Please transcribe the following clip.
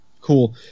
Cool